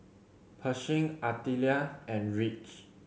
Pershing Artelia and Ridge